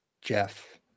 Jeff